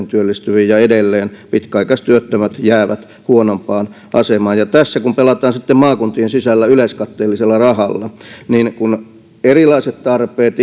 työllistyviin ja edelleen pitkäaikaistyöttömät jäävät huonompaan asemaan kun tässä pelataan sitten maakuntien sisällä yleiskatteellisella rahalla niin kun erilaiset tarpeet